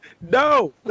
No